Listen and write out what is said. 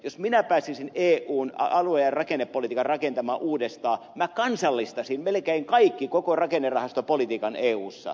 jos minä pääsisin eun alue ja rakennepolitiikan rakentamaan uudestaan minä kansallistaisin melkein kaikki koko rakennerahastopolitiikan eussa